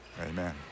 amen